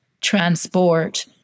Transport